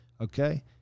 okay